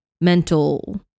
mental